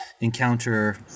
encounter